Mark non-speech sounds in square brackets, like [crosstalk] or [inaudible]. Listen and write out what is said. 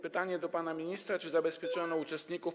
Pytanie do pana ministra: Czy zabezpieczono [noise] uczestników PPK.